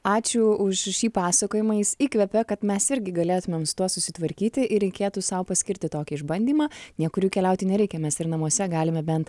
ačiū už šį pasakojimą jis įkvepia kad mes irgi galėtumėm su tuo susitvarkyti ir reikėtų sau paskirti tokį išbandymą niekur juk keliauti nereikia mes ir namuose galime bent